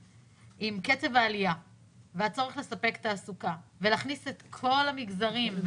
קצב העלייה והצורך לספק תעסוקה ולהכניס את כל המגזרים,